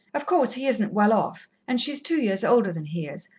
of course, he isn't well off, and she's two years older than he is.